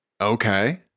Okay